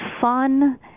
fun